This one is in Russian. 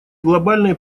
глобальной